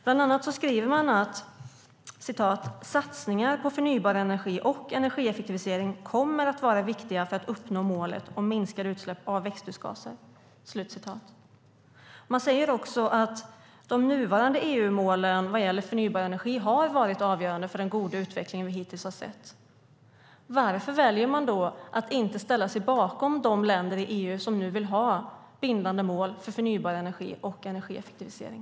Bland annat skriver man att "satsningar på förnybar energi och energieffektivisering kommer att vara viktiga för att uppnå målet om minskade utsläpp av växthusgaser". Vidare skriver man att de nuvarande EU-målen vad gäller förnybar energi varit avgörande för den goda utveckling vi hittills har sett. Varför väljer man då att inte ställa sig bakom de länder i EU som vill ha bindande mål för förnybar energi och energieffektivisering?